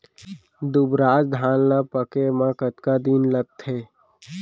दुबराज धान ला पके मा कतका दिन लगथे?